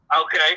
Okay